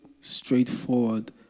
straightforward